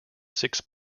six